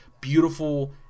beautiful